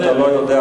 אם אתה לא יודע,